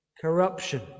corruption